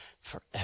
forever